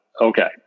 okay